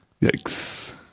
yikes